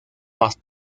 más